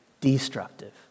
destructive